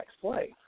play